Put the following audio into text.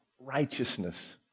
righteousness